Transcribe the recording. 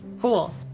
Cool